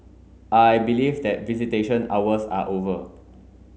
I believe that visitation hours are over